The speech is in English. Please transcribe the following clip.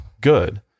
good